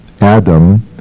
Adam